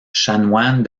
chanoine